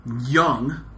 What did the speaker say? Young